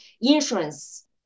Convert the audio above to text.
insurance